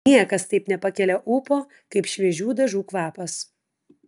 niekas taip nepakelia ūpo kaip šviežių dažų kvapas